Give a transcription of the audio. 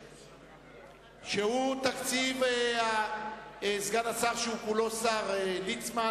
67 שהוא תקציב סגן השר, שהוא כולו השר, ליצמן,